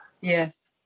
Yes